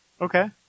Okay